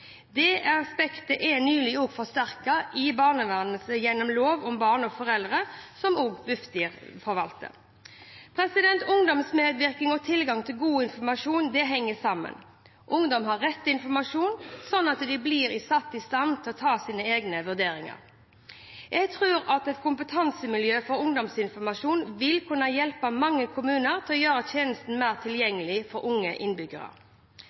aspektet er nylig forsterket i barnevernet og gjennom lov om barn og foreldre, som Bufdir forvalter. Ungdomsmedvirkning og tilgang til god informasjon henger sammen. Ungdom har rett til informasjon, slik at de blir satt i stand til å gjøre sine egne vurderinger. Jeg tror at et kompetansemiljø for ungdomsinformasjon vil kunne hjelpe mange kommuner til å gjøre tjenestene mer tilgjengelig for unge innbyggere.